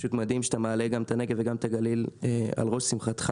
פשוט מדהים שאתה מעלה גם את הנגב וגם את הגליל על ראש שמחתך.